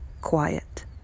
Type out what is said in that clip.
quiet